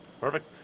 Perfect